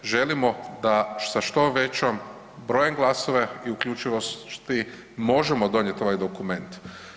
Želimo da sa što većim brojem glasova i uključivosti možemo donijeti ovaj dokument.